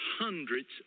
hundreds